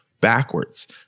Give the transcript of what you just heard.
backwards